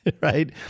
Right